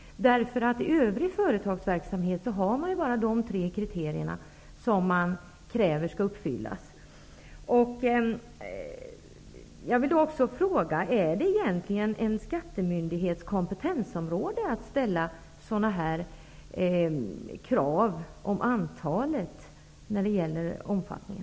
I övrig företagsverksamhet finns bara de tre kriterierna som skall uppfyllas. Ingår det egentligen i en skattemyndighets kompetensområde att ställa sådana krav på antalet i fråga om omfattningen?